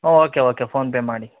ಹೋ okay okay PhonePe ಮಾಡಿ